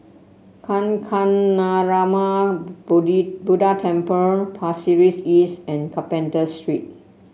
Kancanarama Buddha Temple Pasir Ris East and Carpenter Street